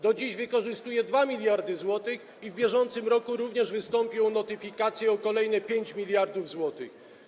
Do dziś wykorzystuje 2 mld zł i w bieżącym roku również wystąpił o notyfikację o kolejne 5 mld zł.